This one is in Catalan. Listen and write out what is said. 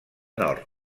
nord